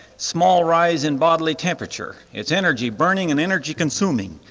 small rise in bodily temperature, it's energy-burning and energy-consuming.